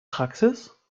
praxis